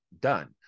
done